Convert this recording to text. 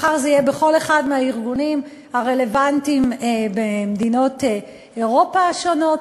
מחר זה יהיה בכל אחד מהארגונים הרלוונטיים במדינות אירופה השונות,